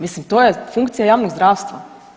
Mislim, to je funkcija javnog zdravstva.